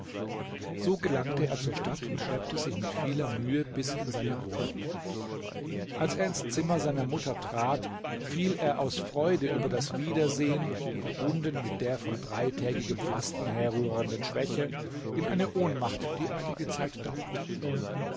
so gelangte er zur stadt und schleppte sich mit vieler mühe bis in seine wohnung als er ins zimmer seiner mutter trat fiel er aus freude über das wiedersehen verbunden mit der von dreitägigem fasten herrührenden schwäche in eine ohnmacht die einige zeit dauerte